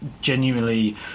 genuinely